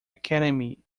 academy